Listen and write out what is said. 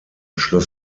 schloss